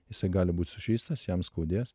jisai gali būt sužeistas jam skaudės